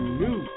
new